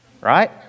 right